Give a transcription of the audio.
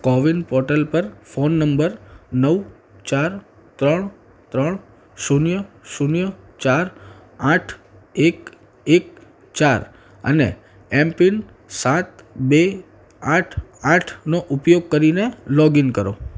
CoWIN portal પર phone number નવ ચાર ત્રણ ત્રણ શૂન્ય શૂન્ય ચાર આઠ એક એક ચાર અને એમ પિન સાત બે આઠ આઠનો ઉપયોગ કરીને લોગઇન કરો